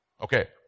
Okay